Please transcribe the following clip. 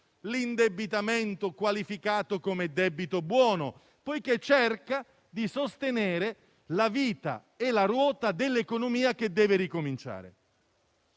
l'indebitamento qualificato come debito buono, poiché cerca di sostenere la vita e la ruota dell'economia che deve ricominciare.